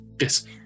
Yes